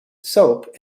soap